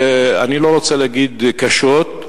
אני לא רוצה להגיד קשות,